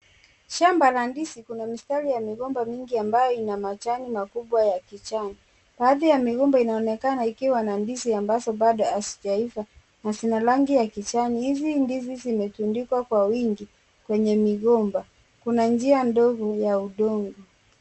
Shamba la ndizi kuna mistari ya migomba ya ndizi ambayo ina majani makubwa ya kijani. Miti ya migomba ina matawi ambayo hazijaiva na zina rangi ya kijani. Hzizi ndizi zimetundikwa kwa wingi kwenye migomba kwa njia ndogo ya udongo.